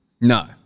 no